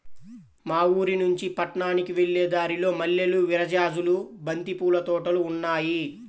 మా ఊరినుంచి పట్నానికి వెళ్ళే దారిలో మల్లెలు, విరజాజులు, బంతి పూల తోటలు ఉన్నాయ్